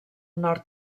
nord